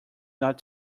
not